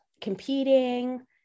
competing